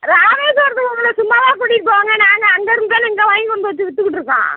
ராமேஸ்வரத்துக்கு உங்களை சும்மாவாக கூட்டிகிட்டு போவாங்க நாங்கள் அங்கேருந்து தானே இங்கே வாங்கி கொண்டு வந்து வச்சு விற்றுக்கிட்ருக்கோம்